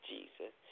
Jesus